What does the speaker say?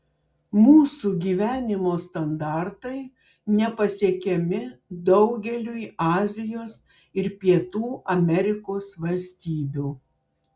mūsų gyvenimo standartai nepasiekiami daugeliui azijos ir pietų amerikos valstybių